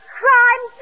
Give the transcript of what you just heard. crime